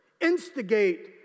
Instigate